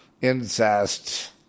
incest